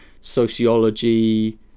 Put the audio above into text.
sociology